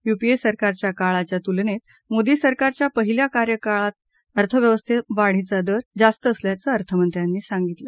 UPA सरकारच्या काळाच्या तुलनेत मोदी सरकारच्या पहिल्या कार्यकाळात अर्थव्यवस्था वाढीचा दर जास्त असल्याचं अर्थमंत्र्यांनी सांगितलं